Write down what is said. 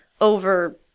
over